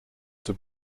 the